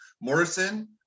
Morrison